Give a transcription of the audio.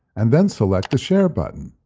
and then select the share button.